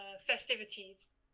festivities